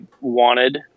wanted